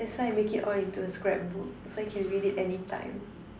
that's why make it all into a scrapbook so I can read it anytime